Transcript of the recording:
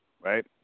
right